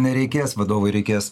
nereikės vadovui reikės